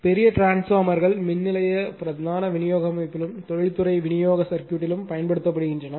பெரிய டிரான்ஸ்பார்மர்கள் மின் நிலைய பிரதான விநியோக அமைப்பிலும் தொழில்துறை விநியோக சர்க்யூட்டிலும் பயன்படுத்தப்படுகின்றன